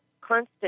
constant